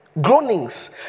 Groanings